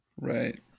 right